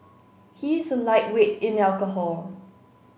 he is a lightweight in alcohol